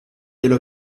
delle